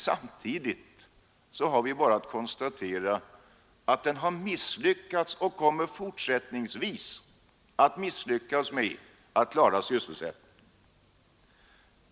Samtidigt har vi emellertid bara att konstatera att den har misslyckats och fortsättningsvis kommer att misslyckas med att klara sysselsättningen.